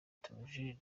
theogene